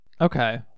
Okay